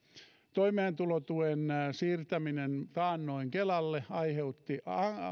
toimeentulotuen siirtäminen taannoin kelalle aiheutti